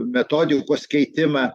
metodikos keitimą